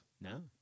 No